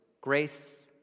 grace